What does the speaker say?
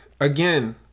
again